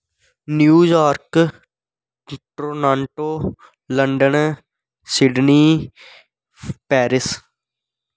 New York Toronto London Sydney Paris